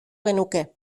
genuke